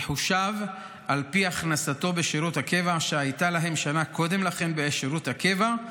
יחושב לפי הכנסתו בשירות הקבע שהייתה להם שנה קודם לכן בשירות הקבע,